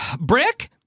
brick